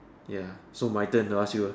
ya so my turn to ask you ah